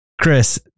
Chris